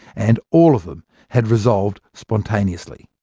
and all of them had resolved spontaneously.